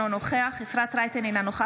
אינה נוכח אפרת רייטן מרום,